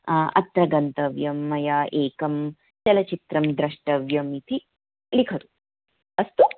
अत्र गन्तव्यं मया एकं चलचित्रं द्रष्टव्यम् इति लिखतु अस्तु